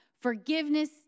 Forgiveness